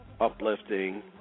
uplifting